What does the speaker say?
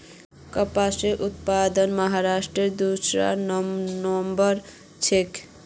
कपासेर उत्पादनत महाराष्ट्र दूसरा नंबरत छेक